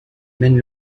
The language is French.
mène